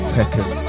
Techers